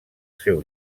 seu